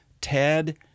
TED